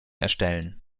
erstellen